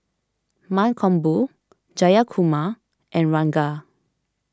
Mankombu Jayakumar and Ranga